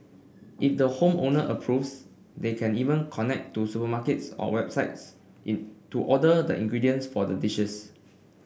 if the home owner approves they can even connect to supermarkets or websites in to order the ingredients for the dishes